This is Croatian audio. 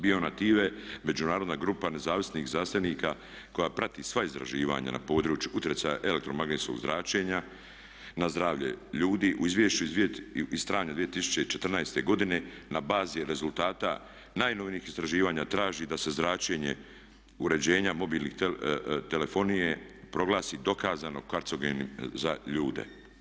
Bio Native međunarodna grupa nezavisnih znanstvenika koja prati sva istraživanja na području utjecaja elektromagnetskog zračenja na zdravlje ljudi u izvješću iz … 2014. godine na bazi je rezultata najnovijih istraživanja traži da se zračenje uređenja mobilne telefonije proglasi dokazano karcinogenim za ljude.